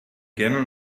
gerne